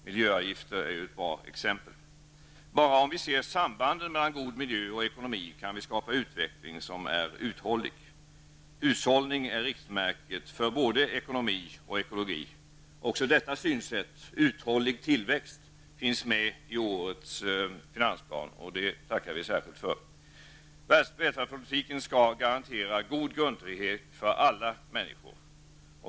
Miljöavgifter är ju ett bra exempel på detta. Bara om vi ser sambanden mellan god miljö och ekonomi kan vi skapa en utveckling som är uthållig. Hushållning är riktmärket både för ekonomi och för ekologi. Också detta synsätt, uthållig tillväxt, finns med i årets finansplan. Det tackar vi särskilt för. Välfärdspolitiken skall garantera god grundtrygghet för alla människor.